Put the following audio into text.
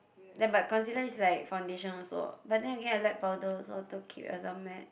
then but concealer is like foundation also but then Again I like powder also to keep as a matte